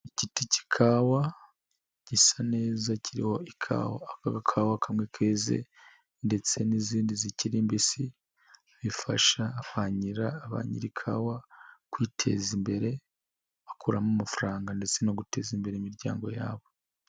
Igiti k'ikawa gisa neza, kiriho ikawa, agakawa kamwe keze, ndetse n'izindi zikiri mbisi, bifasha kwakira abanzi b'ikawa kwiteza imbere, bakuramo amafaranga, ndetse no guteza imbere imiryango yabo.